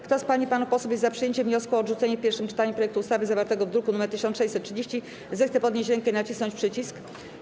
Kto z pań i panów posłów jest za przyjęciem wniosku o odrzucenie w pierwszym czytaniu projektu ustawy zawartego w druku nr 1630, zechce podnieść rękę i nacisnąć przycisk.